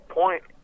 point